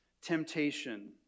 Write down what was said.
temptation